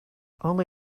only